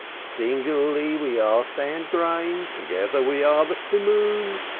singly we are sand-grains, together we are the simoom.